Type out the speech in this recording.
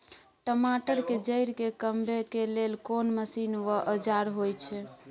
टमाटर के जईर के कमबै के लेल कोन मसीन व औजार होय छै?